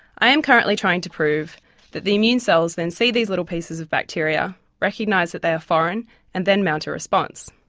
i am currently trying to prove that the immune cells then see these little pieces of bacteria, recognise that they are foreign and then mount a response.